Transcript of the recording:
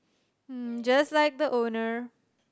um just like the owner